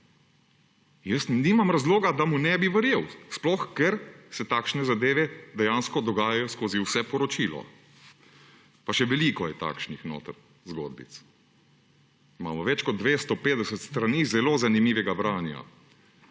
Jaz nimam razloga, da mu ne bi verjel, sploh ker se takšne zadeve dejansko dogajajo skozi vse poročilo. Pa še veliko je takšnih zgodbic notri. Imamo več kot 250 strani zelo zanimivega branja.